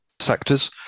sectors